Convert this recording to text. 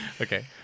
Okay